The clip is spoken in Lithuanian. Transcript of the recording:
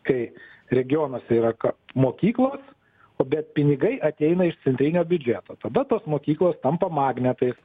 kai regionuose yra mokyklos o bet pinigai ateina iš centrinio biudžeto tada tos mokyklos tampa magnetais